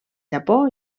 japó